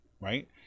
Right